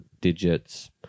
digits